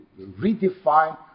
redefine